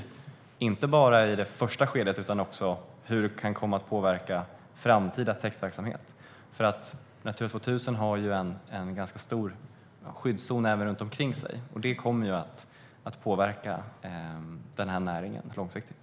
Detta gäller inte bara i det första skedet, utan det gäller också hur förslagen kan komma att påverka framtida täktverksamhet. Natura 2000 har en ganska stor skyddszon runt omkring sig, vilket kommer att påverka denna näring långsiktigt.